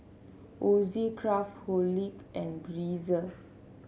Ozi Craftholic and Breezer